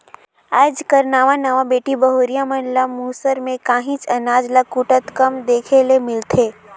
आएज कर नावा नावा बेटी बहुरिया मन ल मूसर में काहींच अनाज ल कूटत कम देखे ले मिलथे